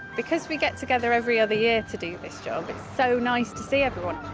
because we get together every other year to do this job, it's so nice to see everyone.